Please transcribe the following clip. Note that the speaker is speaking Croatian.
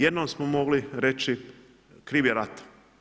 Jednom smo mogli reći, krivi je rat.